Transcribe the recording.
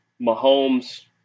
Mahomes